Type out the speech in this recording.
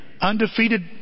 undefeated